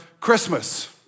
Christmas